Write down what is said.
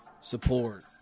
support